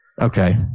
Okay